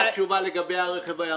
מה התשובה לגבי הרכב הירוק?